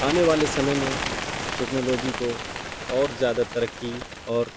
آنے والے سمے میں ٹیکنالوجی کو اور زیادہ ترقی اور